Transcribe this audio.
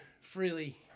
freely